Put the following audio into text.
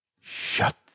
Shut